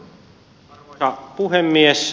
arvoisa puhemies